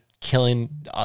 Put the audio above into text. killing